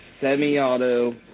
semi-auto